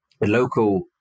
local